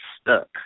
stuck